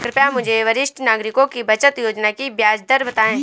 कृपया मुझे वरिष्ठ नागरिकों की बचत योजना की ब्याज दर बताएं